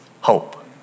hope